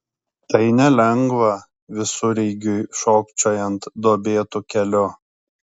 tai nelengva visureigiui šokčiojant duobėtu keliu